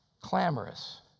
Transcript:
Clamorous